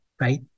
right